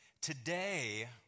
today